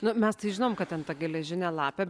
nu mes tai žinom kad ten ta geležinė lapė